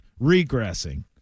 regressing